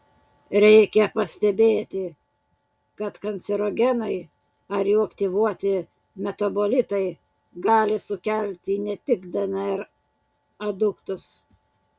reikia pastebėti kad kancerogenai ar jų aktyvuoti metabolitai gali sukelti ne tik dnr aduktus